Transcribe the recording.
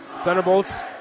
Thunderbolts